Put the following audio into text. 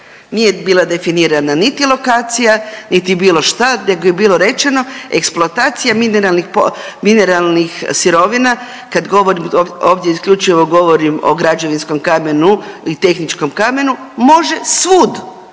Nije bila definirana niti lokacija niti bilo šta nego je bilo rečeno eksploatacija mineralnih sirovina, kad govorim ovdje isključivo govorim o građevinskom kamenu i tehničkom kamenu, može svud